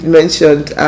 mentioned